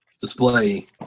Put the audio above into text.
display